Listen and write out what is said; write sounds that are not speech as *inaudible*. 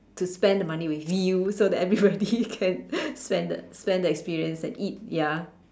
to spend the money with you so that everybody *laughs* can spend spend the experience and eat ya